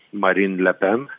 marin le pen